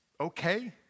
okay